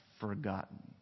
forgotten